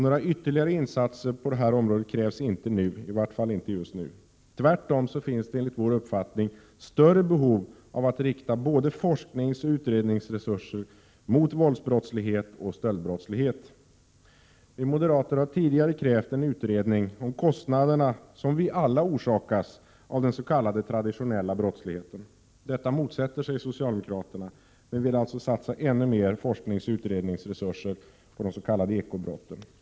Några ytterligare insatser på det området krävs inte, i vart fall inte just nu. Tvärtom finns det enligt vår mening större behov av att rikta både forskningsoch utredningsresurser mot våldsbrottslighet och stöldbrottslighet. Vi moderater har tidigare krävt en utredning om kostnaderna som vi alla orsakas av den s.k. traditionella brottsligheten. Detta motsätter sig socialdemokraterna som i stället vill satsa ännu mer forskningsoch utredningsresurser på de s.k. ekobrotten.